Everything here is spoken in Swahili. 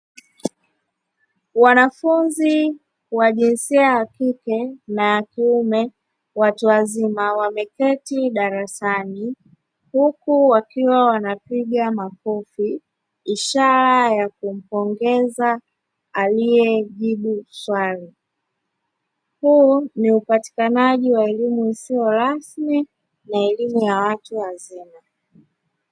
Wanafunzi wa jinsia ya kike na ya kiume watu wazima wameketi darasani huku wakiwa wanapiga makofi ishara ya kumpongeza aliejibu swali, huu ni upatikanaji wa elimu isiyo rasmi na elimu ya watu wazima.